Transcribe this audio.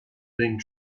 being